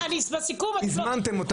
הזמנו אותם.